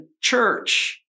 church